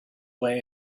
way